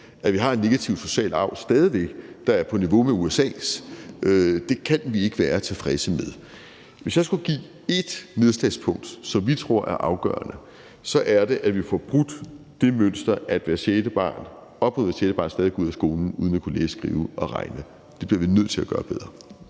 væk har en negativ social arv, der er på niveau med USA's. Det kan vi ikke være tilfredse med. Hvis jeg skulle komme med et nedslagspunkt, som vi tror er afgørende, så er det, at vi får brudt det mønster, at op mod hvert sjette barn stadig går ud af skolen uden at kunne læse, skrive og regne. Det bliver vi nødt til at gøre bedre.